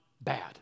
bad